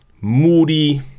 moody